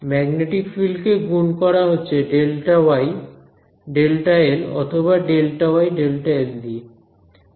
magnetic field কে গুন করা হচ্ছে Δy Δl অথবা ΔyΔl দিয়ে